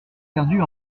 perdus